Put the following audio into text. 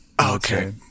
Okay